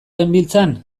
genbiltzan